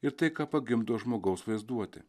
ir tai ką pagimdo žmogaus vaizduotė